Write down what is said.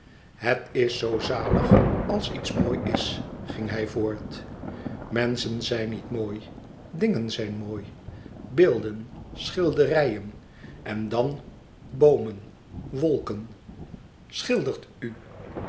het is zoo zalig als iets mooi is ging hij voort menschen zijn nooit mooi dingen zijn mooi beelden schilderijen en dan boomen wolken schildert u